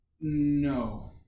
No